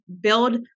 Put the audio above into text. build